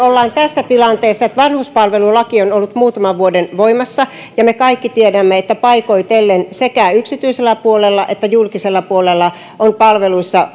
olemme tässä tilanteessa että vanhuspalvelulaki on on ollut muutaman vuoden voimassa ja me kaikki tiedämme että paikoitellen sekä yksityisellä puolella että julkisella puolella on palveluissa